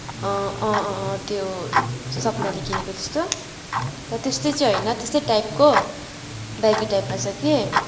अँ अँ अँ त्यो सपनाले किनेको जस्तो तर त्यस्तै चाहिँ होइन त्यस्तै टाइपको ब्यागी टाइपमा छ कि